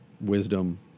Wisdom